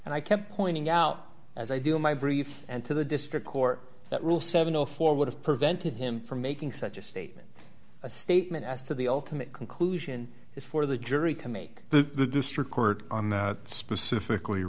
and i kept pointing out as i do in my briefs and to the district court that rule seven hundred and four would have prevented him from making such a statement a statement as to the ultimate conclusion is for the jury to make the district court on that specifically